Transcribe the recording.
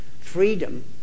freedom